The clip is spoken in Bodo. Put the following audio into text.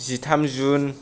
जिथाम जुन